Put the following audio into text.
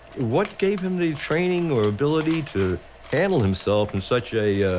what gave him the training or ability to handle himself in such a.